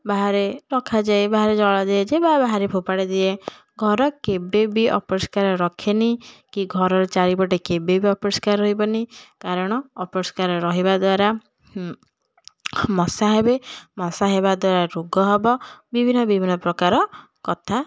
ବାହାରେ ରଖାଯାଏ ବାହାରେ ଜଳାଯାଏ ଯେ ବାହାରେ ଫୋପାଡ଼ି ଦିଏ ଘର କେବେ ବି ଅପରିଷ୍କାର ରଖେନି କି ଘରର ଚାରିପଟେ କେବେବି ଅପରିଷ୍କାର ରହିବନି କାରଣ ଅପରିଷ୍କାର ରହିବା ଦ୍ୱାରା ହୁଁ ମଶା ହେବେ ମଶା ହେବା ଦ୍ୱାରା ରୋଗ ହେବ ବିଭିନ୍ନ ବିଭିନ୍ନ ପ୍ରକାର କଥା